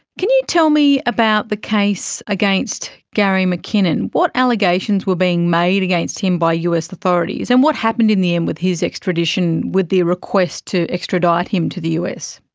can you tell me about the case against gary mckinnon? what allegations were being made against him by us authorities and what happened in the end with his extradition, with the request to extradite him to the us?